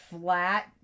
flat